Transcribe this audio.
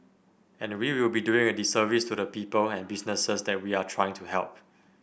and we will be doing a disservice to the people and businesses that we are trying to help